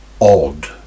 odd